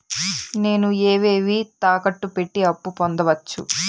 నేను ఏవేవి తాకట్టు పెట్టి అప్పు పొందవచ్చు?